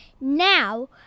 now